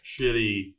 shitty